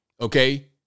Okay